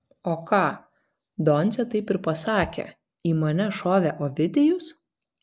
o ką doncė taip ir pasakė į mane šovė ovidijus